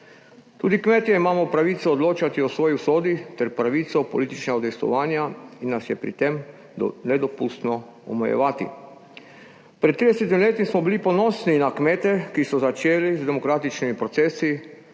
Tudi kmetje imamo pravico odločati o svoji usodi ter pravico političnega udejstvovanja in nas je pri tem nedopustno omejevati. Pred 30 leti smo bili ponosni na kmete, ki so začeli z demokratičnimi procesi,